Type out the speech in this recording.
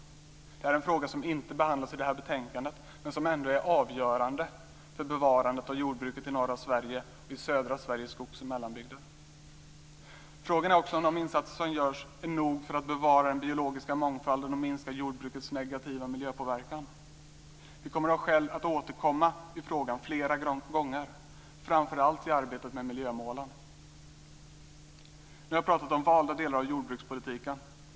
Det här är en fråga som inte behandlas i det här betänkandet men som ändå är avgörande för bevarandet av jordbruket i norra Sverige och i södra Sveriges skogs och mellanbygder. Frågan är också om de insatser som görs är nog för att bevara den biologiska mångfalden och minska jordbrukets negativa miljöpåverkan. Vi kommer att ha skäl att återkomma i frågan flera gånger, framför allt i arbetet med miljömålen. Nu har jag pratat om valda delar av jordbrukspolitiken.